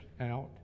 out